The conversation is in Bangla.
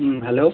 হুম হ্যালো